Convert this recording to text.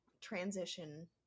transition